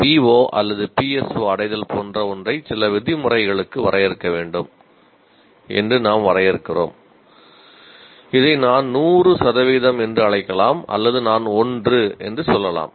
PO அல்லது PSO அடைதல் போன்ற ஒன்றை சில விதிமுறைகளுக்கு வரையறுக்க வேண்டும் என்று நாம் வரையறுக்கிறோம் இதை நான் 100 சதவீதம் என்று அழைக்கலாம் அல்லது நான் 1 என்று சொல்லலாம்